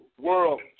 World